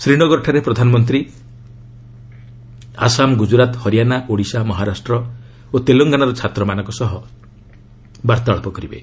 ଶ୍ରୀନଗରଠାରେ ପ୍ରଧାନମନ୍ତ୍ରୀ ଆସାମ ଗୁଜରାଟ ହରିଆନା ଓଡ଼ିଶା ମହାରାଷ୍ଟ୍ର ଓ ତେଲଙ୍ଗାନାର ଛାତ୍ରମାନଙ୍କ ସହ ବାର୍ତ୍ତାଳାପ କରିବେ